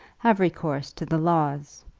have recourse to the laws.